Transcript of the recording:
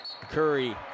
Curry